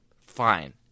Fine